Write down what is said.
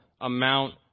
amount